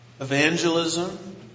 Evangelism